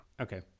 Okay